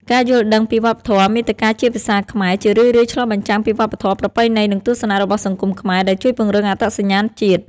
ការយល់ដឹងពីវប្បធម៌ មាតិកាជាភាសាខ្មែរជារឿយៗឆ្លុះបញ្ចាំងពីវប្បធម៌ ប្រពៃណី និងទស្សនៈរបស់សង្គមខ្មែរ ដែលជួយពង្រឹងអត្តសញ្ញាណជាតិ។